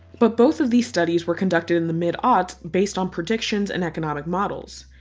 but both of these studies were conducted in the mid ah aughts based on predictions and economic models.